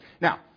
Now